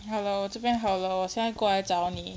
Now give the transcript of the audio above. hello 这边好了我现在过来找你